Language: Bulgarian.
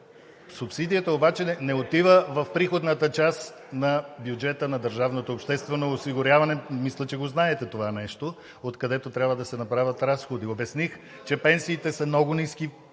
Субсидията обаче не отива в приходната част на бюджета на държавното обществено осигуряване – мисля, че го знаете това нещо, откъдето трябва да се направят разходи. Обясних, че пенсиите са много ниски